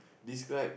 describe